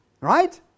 Right